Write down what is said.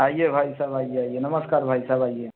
आइए भाई साहब आइए आइए नमस्कार भाई साहब आइए